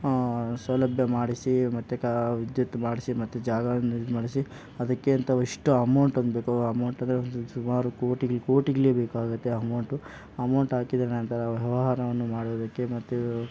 ಸೌಲಭ್ಯ ಮಾಡಿಸಿ ಮತ್ತೆ ವಿದ್ಯುತ್ ಮಾಡಿಸಿ ಮತ್ತೆ ಜಾಗವನ್ನು ಇದು ಮಾಡಿಸಿ ಅದಕ್ಕೆ ಅಂತ ಇಷ್ಟು ಅಮೌಂಟ್ ಅಂದ್ಬಿಟ್ಟು ಅಮೌಂಟು ಅಂದರೆ ಒಂದು ಸುಮಾರು ಕೋಟಿಗಳು ಕೋಟಿಗಳೇ ಬೇಕಾಗುತ್ತೆ ಅಮೌಂಟು ಅಮೌಂಟು ಹಾಕಿದ ನಂತರ ವ್ಯವಹಾರವನ್ನು ಮಾಡುವುದಕ್ಕೆ ಮತ್ತೆ